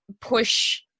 push